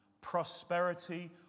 prosperity